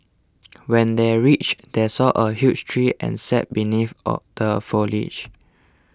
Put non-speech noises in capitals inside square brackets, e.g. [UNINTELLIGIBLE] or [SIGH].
when they reached they saw a huge tree and sat beneath [UNINTELLIGIBLE] the foliage